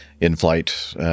in-flight